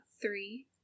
three